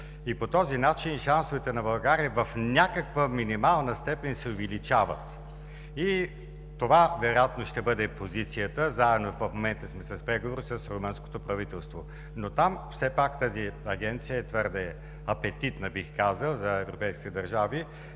и по този начин шансовете на България в някаква минимална степен се увеличават. И това вероятно ще бъде позицията – заедно, в момента сме в преговори с румънското правителство. Но там, все пак тази Агенция е твърде апетитна, бих казал, за европейските държави.